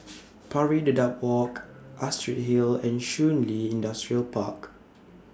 Pari Dedap Walk Astrid Hill and Shun Li Industrial Park